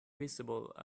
visible